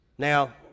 Now